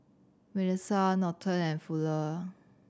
Milissa Norton and Fuller